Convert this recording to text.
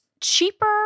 cheaper